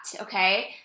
okay